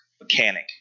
mechanic